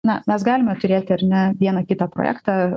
na mes galime turėti ar ne vieną kitą projektą